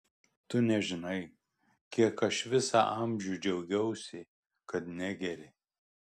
tu nežinai kiek aš visą amžių džiaugiausi kad negeri